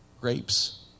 Grapes